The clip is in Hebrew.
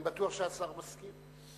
אני בטוח שהשר מסכים.